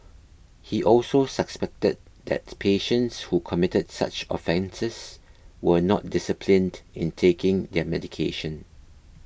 he also suspected that patients who committed such offences were not disciplined in taking their medication